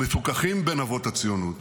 המפוכחים בין אבות הציונות